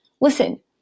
listen